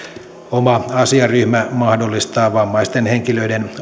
oma asiaryhmä mahdollistaa vammaisten henkilöiden